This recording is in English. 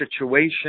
situation